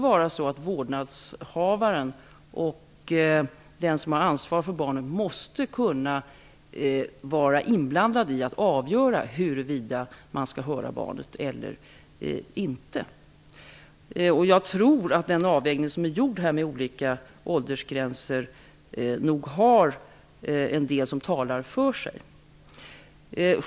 Vårdnadshavaren eller den som har ansvaret för barnet måste kunna delta i avgörandet av huruvida man skall höra barnet eller inte. Jag tror att den avvägning som är gjord med olika åldersgränser nog har en del som talar för sig.